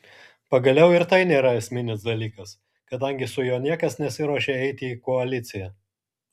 pagaliau ir tai nėra esminis dalykas kadangi su juo niekas nesiruošia eiti į koaliciją